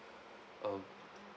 um